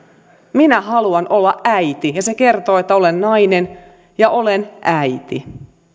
minä haluan olla äiti ja se kertoo että olen nainen ja olen äiti